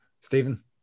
Stephen